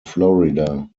florida